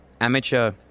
amateur